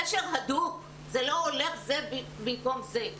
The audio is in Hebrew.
זה קשר הדוק, וזה לא זה במקום זה.